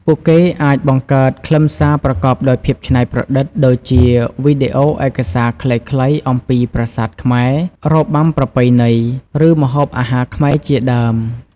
ពួកគេអាចបង្កើតខ្លឹមសារប្រកបដោយភាពច្នៃប្រឌិត ដូចជាវីដេអូឯកសារខ្លីៗអំពីប្រាសាទខ្មែរ របាំប្រពៃណី ឬម្ហូបអាហារខ្មែរជាដើម។